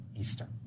Eastern